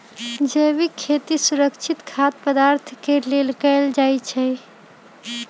जैविक खेती सुरक्षित खाद्य पदार्थ के लेल कएल जाई छई